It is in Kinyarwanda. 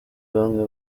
bamwe